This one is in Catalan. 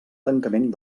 tancament